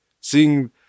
seeing